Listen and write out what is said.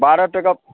बारह टके